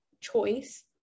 choice